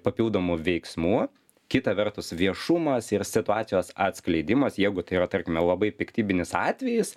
papildomų veiksmų kita vertus viešumas ir situacijos atskleidimas jeigu tai yra tarkime labai piktybinis atvejis